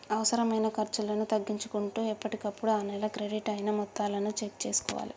అనవసరమైన ఖర్చులను తగ్గించుకుంటూ ఎప్పటికప్పుడు ఆ నెల క్రెడిట్ అయిన మొత్తాలను చెక్ చేసుకోవాలే